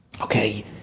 Okay